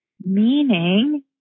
Meaning